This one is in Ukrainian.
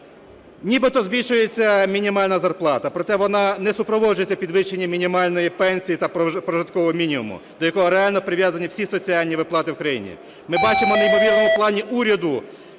Нібито збільшується мінімальна зарплата, проте вона не супроводжується підвищенням мінімальної пенсії та прожиткового мінімуму, до якого реально прив'язані всі соціальні виплати в країні. Ми бачимо неймовірні плани уряду